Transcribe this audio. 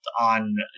on